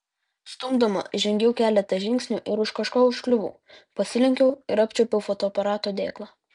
stumdoma žengiau keletą žingsnių ir už kažko užkliuvau pasilenkiau ir apčiuopiau fotoaparato dėklą